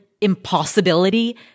impossibility